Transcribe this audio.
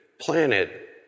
planet